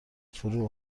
فرو